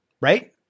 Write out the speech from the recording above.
right